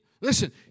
listen